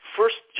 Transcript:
first